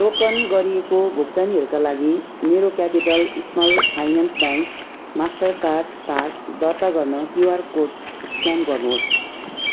token गरिएको भुक्तानीहरूका लागि मेरो capital small finance bank master card card दर्ता गर्न क्युआर कोड स्क्यान गर्नुहोस्